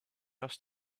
asked